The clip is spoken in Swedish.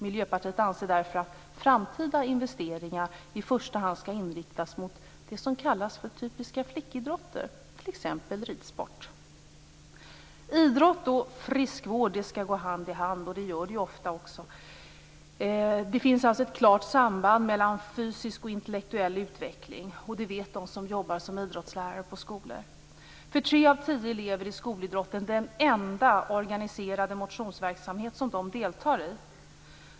Miljöpartiet anser därför att framtida investeringar i första hand skall inriktas på det som kallas för typiska flickidrotter, t.ex. ridsport. Idrott och friskvård skall gå hand i hand, och det gör de ofta också. Det finns alltså ett klart samband mellan fysisk och intellektuell utveckling, och det vet de som jobbar som idrottslärare på skolor. För tre av tio elever är skolidrotten den enda organiserade motionsverksamhet som de deltar i.